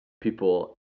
people